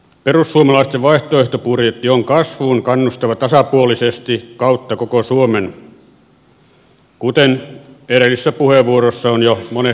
perussuomalaisten vaihtoehtobudjetti on kasvuun kannustava tasapuolisesti kautta koko suomen kuten edellisissä puheenvuoroissa on jo monesti todettu